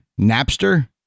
Napster